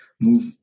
move